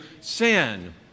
sin